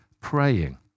praying